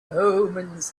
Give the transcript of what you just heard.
omens